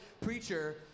preacher